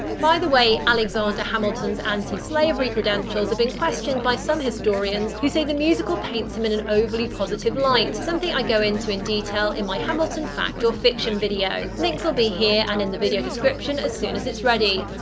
by the way alexander hamilton's anti-slavery credentials have been questioned by some historians who say the musical paints him in an overly positive light, something i go into in detail in my hamilton fact or fiction video. links will be here and in the video description as soon as it's ready.